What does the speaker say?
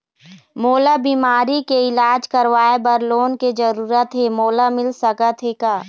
मोला बीमारी के इलाज करवाए बर लोन के जरूरत हे मोला मिल सकत हे का?